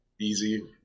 Easy